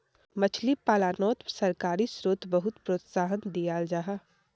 मछली पालानोत सरकारी स्त्रोत बहुत प्रोत्साहन दियाल जाहा